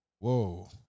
Whoa